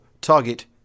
Target